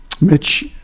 Mitch